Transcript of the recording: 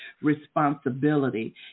responsibility